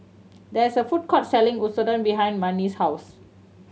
there is a food court selling Katsudon behind Marni's house